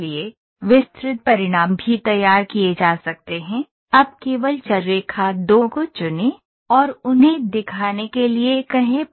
इसलिए विस्तृत परिणाम भी तैयार किए जा सकते हैं अब केवल चर रेखा 2 को चुनें और उन्हें दिखाने के लिए कहें